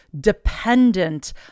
dependent